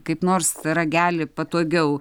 kaip nors ragelį patogiau